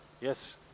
yes